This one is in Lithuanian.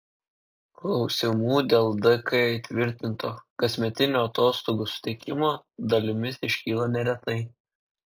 klausimų dėl dk įtvirtinto kasmetinių atostogų suteikimo dalimis iškyla neretai